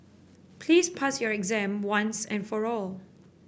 please pass your exam once and for all